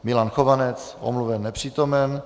Milan Chovanec: Omluven, nepřítomen.